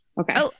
Okay